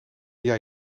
jij